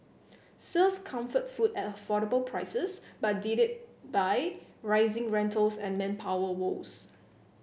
served comfort food at affordable prices but did it by rising rentals and manpower woes